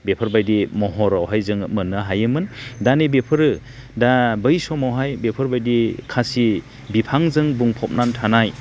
बेफोरबायदि महरावहाय जोङो मोननो हायोमोन दा नै बेफोरो दा बै समावहाय बेफोरबायदि खासि बिफांजों बुंबबनानै थानाय